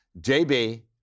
JB